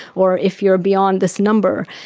or if you are beyond this number.